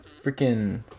freaking